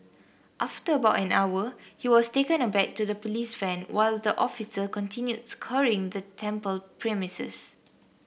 after about an hour he was taken aback to the police van while the officer continued scouring the temple premises